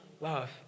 love